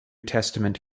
testament